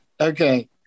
Okay